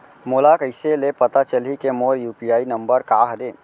मोला कइसे ले पता चलही के मोर यू.पी.आई नंबर का हरे?